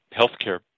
healthcare